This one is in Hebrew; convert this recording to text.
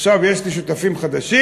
עכשיו יש לי שותפים חדשים,